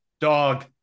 dog